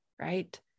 right